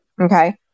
Okay